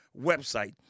website